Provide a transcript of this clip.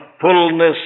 fullness